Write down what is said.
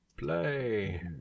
play